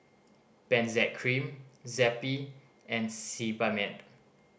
Benzac Cream Zappy and Sebamed